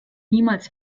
niemals